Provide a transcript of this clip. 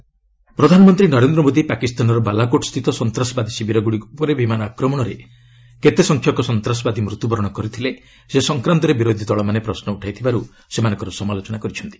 PM ଧର୍ ପ୍ରଧାନମନ୍ତ୍ରୀ ନରେନ୍ଦ୍ର ମୋଦି ପାକିସ୍ତାନର ବାଲାକୋଟ୍ ସ୍ଥିତ ସନ୍ତାସବାଦୀ ଶିବିରଗ୍ରଡ଼ିକ ଉପରେ ବିମାନ ଆକ୍ରମଣରେ କେତେ ସଂଖ୍ୟକ ସନ୍ତାସବାଦୀ ମୃତ୍ୟୁବରଣ କରିଥିଲେ ସେ ସଂକ୍ରାନ୍ତରେ ବିରୋଧୀ ଦଳମାନେ ପ୍ରଶ୍ର ଉଠାଇଥିବାର୍ତ ସେମାନଙ୍କର ସମାଲୋଚନା କରିଛନ୍ତି